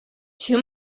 too